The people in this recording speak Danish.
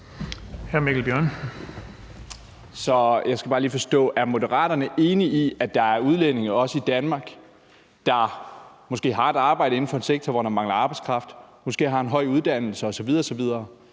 Er Moderaterne enige i, at der er udlændinge, også i Danmark, der måske har et arbejde inden for en sektor, hvor der mangler arbejdskraft, og måske har en høj uddannelse osv.